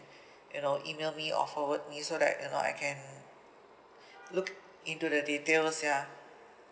you know email me or forward me so that you know I can look into the details ya